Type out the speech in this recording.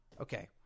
okay